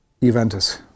Juventus